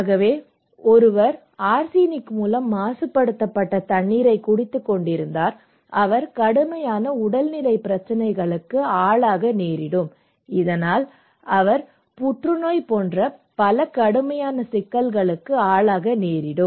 ஆகவே ஒருவர் ஆர்சனிக் மூலம் மாசுபடுத்தப்பட்ட தண்ணீரைக் குடித்துக்கொண்டிருந்தால் அவர் கடுமையான உடல்நலப் பிரச்சினைகளுக்கு ஆளாக நேரிடும் இதனால் அவர் புற்றுநோய் போன்ற பல கடுமையான சிக்கல்களுக்கு ஆளாக நேரிடும்